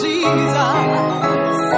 Jesus